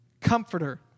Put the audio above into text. comforter